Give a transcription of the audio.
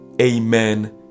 amen